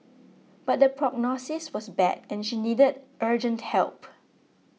but the prognosis was bad and she needed urgent help